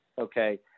okay